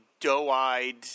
doe-eyed